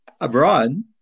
abroad